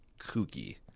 kooky